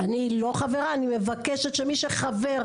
אני לא חברה, אני מבקשת שמי שחבר.